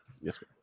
Yes